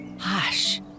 Hush